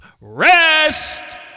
rest